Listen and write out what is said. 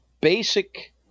basic